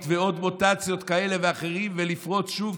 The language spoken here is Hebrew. ועוד מוטציות כאלה ואחרות לפרוץ שוב,